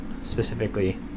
specifically